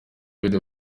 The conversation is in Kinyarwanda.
david